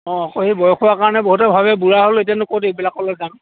অঁ সেই বয়স হোৱাৰ কাৰণে বহুতে ভাবে বুঢ়া হ'লো এতিয়ানো ক'ত